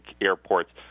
airports